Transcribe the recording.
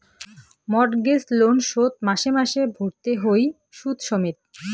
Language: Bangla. মর্টগেজ লোন শোধ মাসে মাসে ভরতে হই শুধ সমেত